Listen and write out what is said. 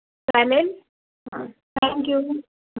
चालेल हां thank you